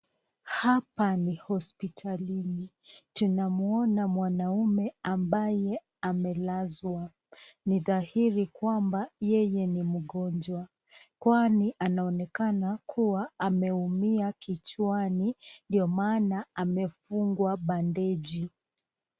Hapa ni hospitalini. Tunamuona mwanaume ambaye amelazwa. Ni dhairi kwamba yeye ni mgonjwa kwani anaonekana kuwa ameumia kichwani ndio maana amefungwa bandeji.